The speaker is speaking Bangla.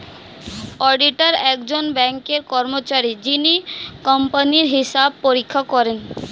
অডিটার একজন ব্যাঙ্কের কর্মচারী যিনি কোম্পানির হিসাব পরীক্ষা করেন